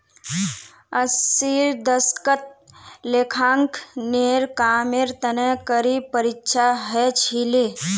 अस्सीर दशकत लेखांकनेर कामेर तने कड़ी परीक्षा ह छिले